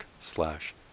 slash